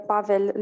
Pavel